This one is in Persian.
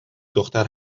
دختر